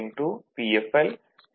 Wc